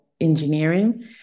engineering